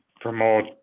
promote